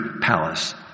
palace